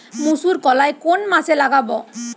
মুসুর কলাই কোন মাসে লাগাব?